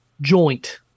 joint